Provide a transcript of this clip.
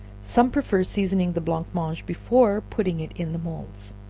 some prefer seasoning the blancmange before putting it in the moulds.